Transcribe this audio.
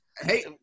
Hey